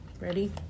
Ready